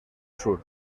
sur